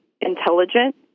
intelligent